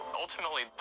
ultimately